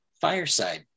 Fireside